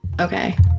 Okay